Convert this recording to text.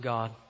God